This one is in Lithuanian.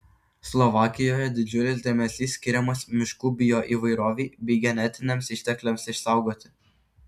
slovakijoje didžiulis dėmesys skiriamas miškų bioįvairovei bei genetiniams ištekliams išsaugoti